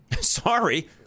Sorry